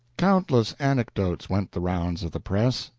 countless anecdotes went the rounds of the press.